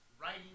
writing